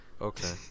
Okay